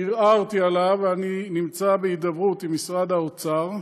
ערערתי עליו ואני נמצא בהידברות עם משרד האוצר.